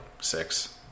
six